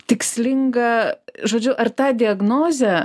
tikslinga žodžiu ar tą diagnozę